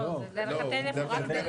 אך ורק זה.